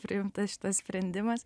priimtas šitas sprendimas